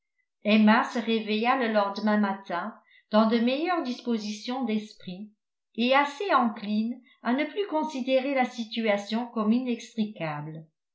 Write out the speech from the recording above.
emma se réveilla le lendemain matin dans de meilleures dispositions d'esprit et assez encline à ne plus considérer la situation comme inextricable